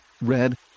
red